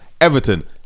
Everton